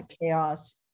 chaos